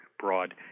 broad